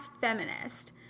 feminist